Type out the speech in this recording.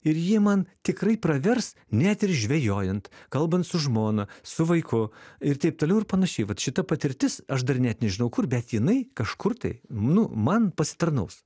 ir jie man tikrai pravers net ir žvejojant kalbant su žmona su vaiku ir taip toliau ir panašiai vat šita patirtis aš dar net nežinau kur bet jinai kažkur tai nu man pasitarnaus